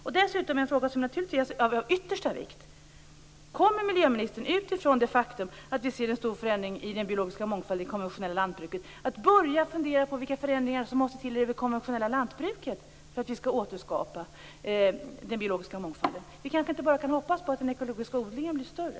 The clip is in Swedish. En annan fråga, som är av yttersta vikt, är: Kommer miljöministern, utifrån det faktum att vi ser en stor förändring av det biologiska mångfalden i det konventionella lantbruket, att börja fundera på vilka förändringar som måste till i det konventionella lantbruket för att vi skall återskapa den biologiska mångfalden? Vi kanske inte bara kan hoppas på att den ekologiska odlingen blir större.